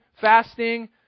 fasting